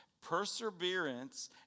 perseverance